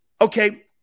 Okay